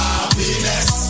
Happiness